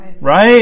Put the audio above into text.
Right